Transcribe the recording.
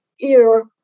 ear